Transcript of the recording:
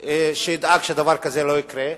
שידאג שדבר כזה לא יקרה,